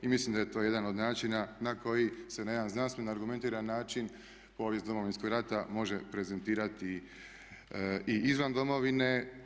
I mislim da je to jedan od načina na koji se na jedan znanstveno argumentirani način povijest Domovinskog rata može prezentirati i izvan Domovine.